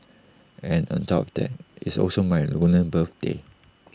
and on top of that IT is also my lunar birthday